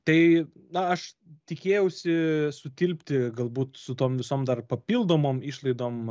tai na aš tikėjausi sutilpti galbūt su tom visom dar papildomom išlaidom